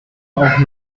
auch